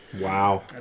Wow